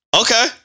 Okay